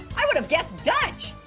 i would've guessed dutch.